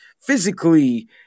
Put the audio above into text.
physically